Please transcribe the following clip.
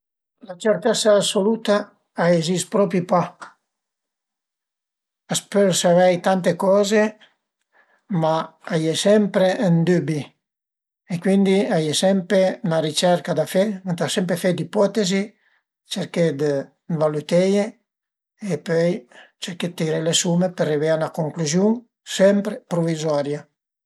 La cërtëssa assoluta a i ezist propi pa, a s'pöl savei tante coze, ma a ie sempre ün dübi e cuindi a ie sempre 'na ricerca da fe, ënta sempre fe d'ipotezi, cerché dë valüteie e pöi cerché dë tiré le sume për arivé a üna cunclüziun sempre pruvizoria